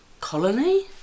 colony